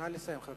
נא לסיים.